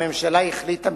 הממשלה החליטה,